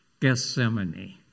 Gethsemane